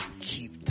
Keep